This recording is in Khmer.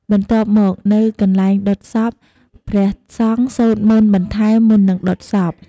បន្ទាប់មក នៅកន្លែងដុតសព ព្រះសង្ឃសូត្រមន្តបន្ថែម មុននឹងដុតសព។